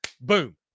boom